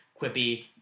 quippy